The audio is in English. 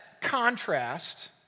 contrast